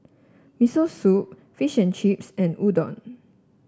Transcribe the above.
Miso Soup Fish and Chips and Udon